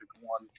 one